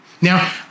Now